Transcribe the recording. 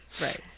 Right